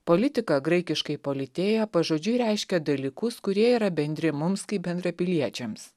politika graikiškai politėja pažodžiui reiškia dalykus kurie yra bendri mums kaip bendrapiliečiams